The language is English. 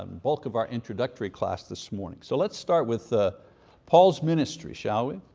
um bulk of our introductory class this morning. so let's start with ah paul's ministry, shall we.